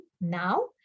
now